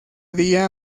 día